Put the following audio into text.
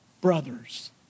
brothers